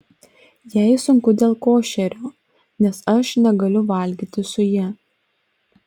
jai sunku dėl košerio nes aš negaliu valgyti su ja